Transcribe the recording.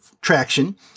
traction